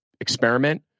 experiment